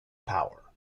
power